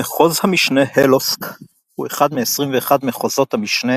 מחוז משנה הלוסק הוא אחד מ-21 מחוזות משנה